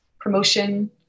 promotion